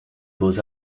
beaux